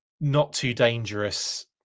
not-too-dangerous